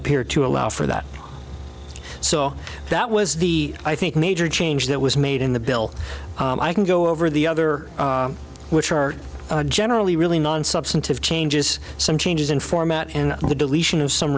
appear to allow for that so that was the i think major change that was made in the bill i can go over the other which are generally really non substantive changes some changes in format and the deletion of some